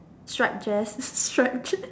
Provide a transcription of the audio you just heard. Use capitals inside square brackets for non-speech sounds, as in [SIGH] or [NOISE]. striped dress striped dress [LAUGHS]